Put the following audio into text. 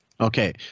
Okay